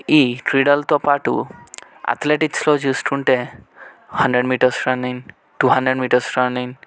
ఈ క్రీడలతో పాటు అథ్లెటిక్స్లో చూసుకుంటే hundred metres running two hundred metres running